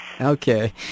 Okay